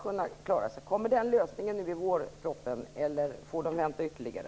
Kommer den lösningen i vårpropositionen, eller får de vänta längre?